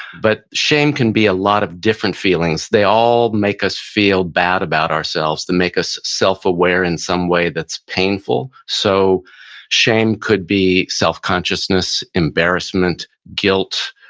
but shame can be a lot of different feelings. they all make us feel bad about ourselves. they make us self aware in some way that's painful. so shame could be self consciousness, embarrassment, guilt,